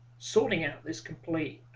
sorting out this complete